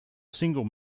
single